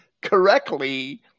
correctly